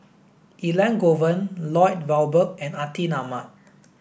Elangovan Lloyd Valberg and Atin Amat